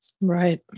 Right